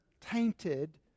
tainted